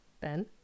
ben